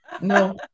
No